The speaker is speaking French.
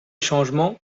changements